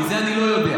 כי את זה אני לא יודע,